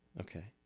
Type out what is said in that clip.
Okay